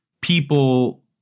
people